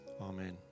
Amen